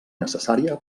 necessària